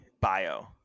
bio